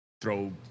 throw